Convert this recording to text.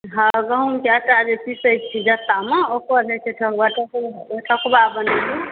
हँ गहूमके आटा जे पिसैत छै जत्तामे ओकर होइत छै ठोकबा ठोकबा बनेलहुँ